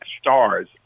stars